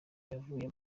yavuyemo